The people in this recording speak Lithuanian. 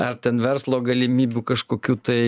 ar ten verslo galimybių kažkokių tai